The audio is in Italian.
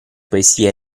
poesie